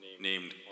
named